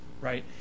right